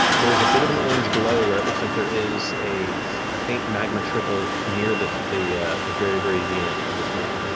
there is a bit of an orange glow where it looks like there is a is a faint magma trickle, near the the very, very zenith of this mountain,